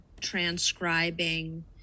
transcribing